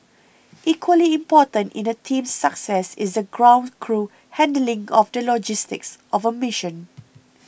equally important in a team's success is the ground crew handling of the logistics of a mission